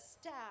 staff